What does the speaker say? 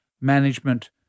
management